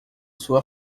sua